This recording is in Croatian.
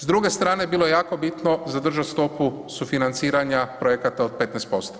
S druge strane bilo je jako bitno zadržati stopu sufinanciranja projekata od 15%